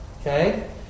Okay